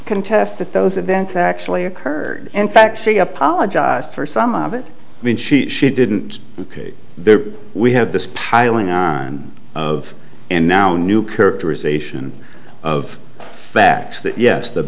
contest that those events actually occurred in fact figure apologized for some of it when she she didn't and there we have this piling on of and now new character is ation of facts that yes the